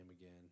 again